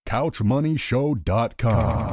couchmoneyshow.com